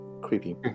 creepy